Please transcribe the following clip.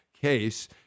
case